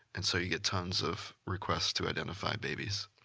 and so you get tons of requests to identify babies.